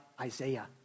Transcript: Isaiah